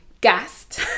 gassed